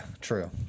true